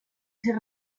ser